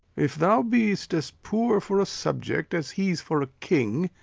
if thou be'st as poor for a subject as he's for a king,